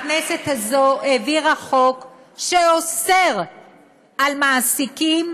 הכנסת הזאת העבירה חוק שאוסר על מעסיקים